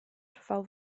trwał